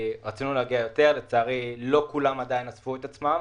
רצינו להגיע יותר אך לצערי לא כולם עדיין אספו את עצמם,